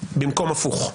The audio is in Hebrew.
במקום הפוך.